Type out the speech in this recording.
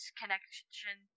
connection